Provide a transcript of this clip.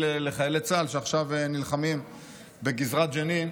לחיילי צה"ל שעכשיו נלחמים בגזרת ג'נין,